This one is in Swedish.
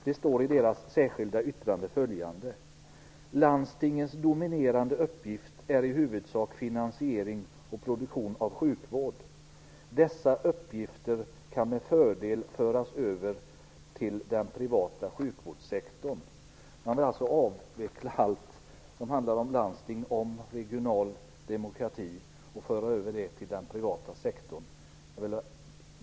Det står följande i deras särskilda yttrande: "Landstingens dominerande uppgift är i huvudsak finansiering och produktion av sjukvård. Dessa uppgifter kan med fördel föras över till den privata sjukvårdssektorn." Moderaterna vill alltså avveckla allt som handlar om landsting och regional demokrati och föra över det till den privata sektorn.